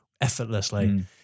effortlessly